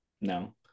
no